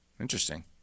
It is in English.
Interesting